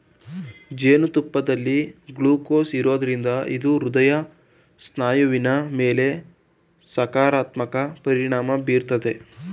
ಜೇನುತುಪ್ಪದಲ್ಲಿ ಗ್ಲೂಕೋಸ್ ಇರೋದ್ರಿಂದ ಇದು ಹೃದಯ ಸ್ನಾಯುವಿನ ಮೇಲೆ ಸಕಾರಾತ್ಮಕ ಪರಿಣಾಮ ಬೀರ್ತದೆ